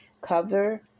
cover